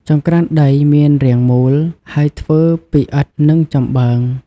ចង្រ្កានដីមានរាងមូល ហើយធ្វើពីឥដ្ឋ និងចំបើង ។